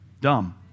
dumb